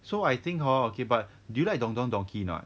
so I think hor okay but do you like don don donki not